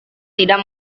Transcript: tidak